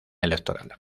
electoral